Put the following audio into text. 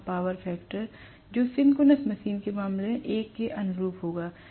जहां power factor जो synchronous machine के मामले में 1 के अनुरूप होगा